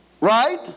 right